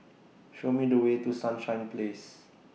Show Me The Way to Sunshine Place